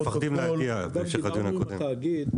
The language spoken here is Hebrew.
דיברנו עם התאגיד.